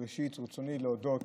ראשית ברצוני להודות